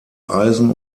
eisen